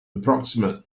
approximate